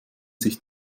sich